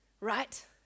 right